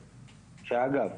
שאגב,